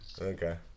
Okay